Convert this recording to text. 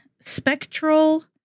spectral